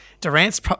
Durant's